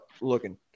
looking